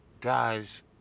guys